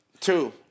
two